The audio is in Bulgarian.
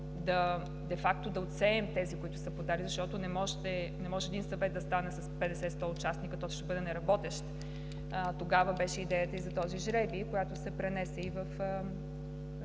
да отсеем тези, които са подали, защото не може един съвет да стане с 50 – 100 участници, той ще бъде неработещ, тогава беше идеята и за този жребий, която се пренесе и в